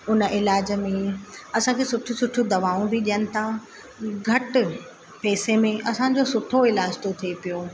उन इलाज में असांखे सुठियूं सुठियूं दवाऊं बि ॾियनि था घटि पेसे में असांजो सुठो इलाज थो थिए पियो